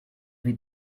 with